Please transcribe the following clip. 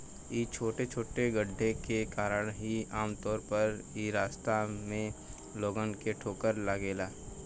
इ छोटे छोटे गड्ढे के कारण ही आमतौर पर इ रास्ता में लोगन के ठोकर लागेला